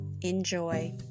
Enjoy